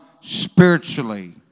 spiritually